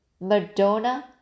madonna